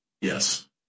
yes